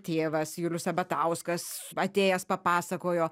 tėvas julius sabatauskas atėjęs papasakojo